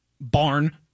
Barn